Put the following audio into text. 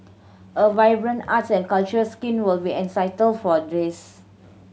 a vibrant arts and culture scene will be essential for this